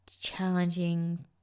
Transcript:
challenging